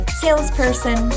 salesperson